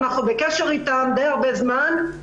אנחנו בקשר עם משרד הפנים זמן רב,